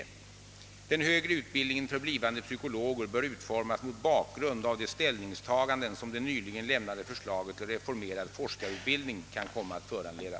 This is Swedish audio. Den högre utbildningen för blivande psykologer bör utformas mot bakgrund av de ställningstaganden som det nyligen lämnade förslaget till reformerad forskarutbildning kan komma att föranleda.